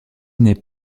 n’est